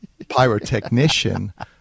pyrotechnician